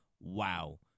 Wow